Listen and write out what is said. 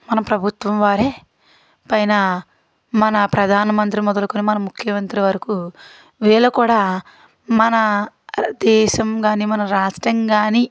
మన ప్రభుత్వం వారి పైన మన ప్రధానమంత్రి మొదలుకొని మనం ముఖ్యమంత్రి వరకు వీళ్ళు కూడా మన దేశం కానీ మన రాష్ట్రం కానీ